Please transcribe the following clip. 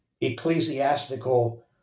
ecclesiastical